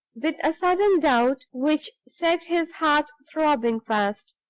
with a sudden doubt which set his heart throbbing fast.